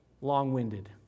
long-winded